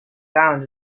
found